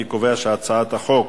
אני קובע שהצעת החוק